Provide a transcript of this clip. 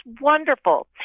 wonderful